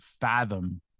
fathom